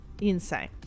insane